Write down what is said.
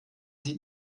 sie